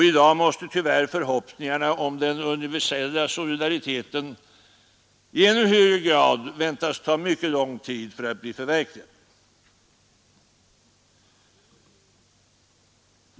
I dag måste tyvärr förhoppningarna om den universella solidariteten i ännu högre grad väntas ta mycket lång tid att bli förverkligade.